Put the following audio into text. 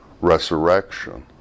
resurrection